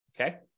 okay